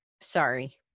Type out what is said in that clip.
Sorry